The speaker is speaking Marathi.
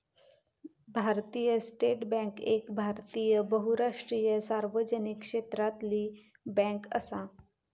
भारतीय स्टेट बॅन्क एक भारतीय बहुराष्ट्रीय सार्वजनिक क्षेत्रातली बॅन्क असा